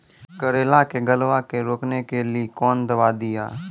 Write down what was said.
करेला के गलवा के रोकने के लिए ली कौन दवा दिया?